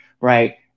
right